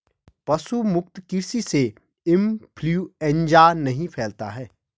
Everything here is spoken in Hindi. पशु मुक्त कृषि से इंफ्लूएंजा नहीं फैलता है